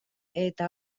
eta